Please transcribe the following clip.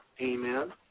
Amen